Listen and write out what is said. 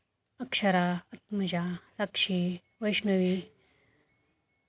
Akshara Atmaja Sakshi Vaishnavi